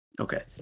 Okay